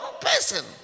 person